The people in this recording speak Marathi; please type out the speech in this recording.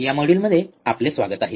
या मॉड्यूलमध्ये आपले स्वागत आहे